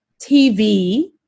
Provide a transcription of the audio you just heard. TV